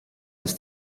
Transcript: ist